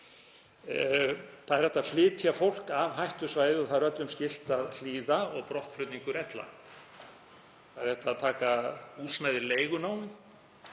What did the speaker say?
Það er hægt að flytja fólk af hættusvæði og það er öllum skylt að hlýða og brottflutningur ella. Það er hægt taka húsnæði leigunámi,